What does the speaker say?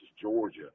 Georgia